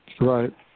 right